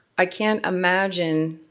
i can't imagine